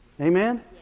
Amen